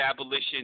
Abolition